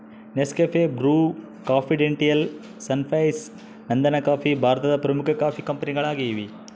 Nescafe, Bru, ಕಾಂಫಿಡೆಂಟಿಯಾಲ್, Sunrise, ನಂದನಕಾಫಿ ಭಾರತದ ಪ್ರಮುಖ ಕಾಫಿ ಕಂಪನಿಗಳಾಗಿವೆ